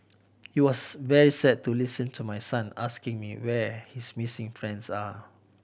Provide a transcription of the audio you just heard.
it was very sad to listen to my son asking me where his missing friends are